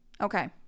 okay